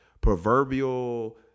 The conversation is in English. proverbial